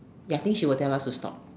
ya this he will tell us to stop